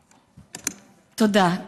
תודה.